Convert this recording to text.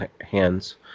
hands